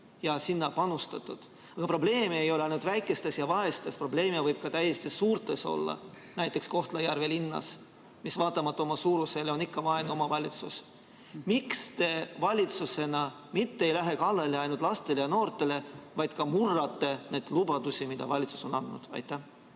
ja sinna panustatud. Aga see probleem ei ole ainult väikestes ja vaestes omavalitsustes, probleeme võib ka suurtes olla, näiteks Kohtla-Järve linnas, mis vaatamata oma suurusele on ikka vaene omavalitsus. Miks te valitsusena mitte ainult ei lähe kallale lastele ja noortele, vaid ka murrate neid lubadusi, mida valitsus on andnud? Aitäh